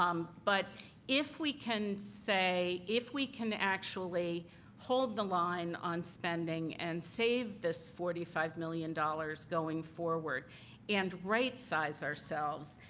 um but if we can say if we can actually hold the line on spending and save this forty five million dollars going forward and right size ourselves,